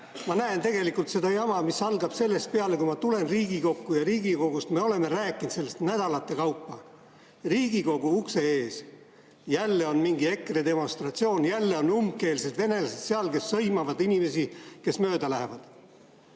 Ma näen tegelikult seda jama, mis algab sellest peale, kui ma tulen Riigikokku. Me oleme rääkinud sellest nädalate kaupa. Riigikogu ukse ees on jälle mingi EKRE demonstratsioon, jälle on umbkeelsed venelased seal, kes sõimavad inimesi, kes mööda lähevad.